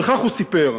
וכך הוא סיפר: